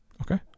Okay